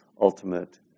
ultimate